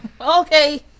Okay